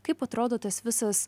kaip atrodo tas visas